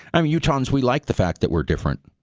um utahans, we like the fact that we're different,